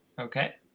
Okay